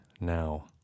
now